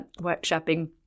workshopping